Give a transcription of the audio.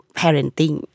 parenting